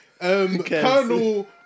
colonel